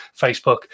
Facebook